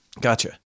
Gotcha